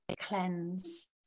cleanse